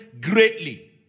greatly